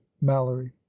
mallory